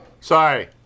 Sorry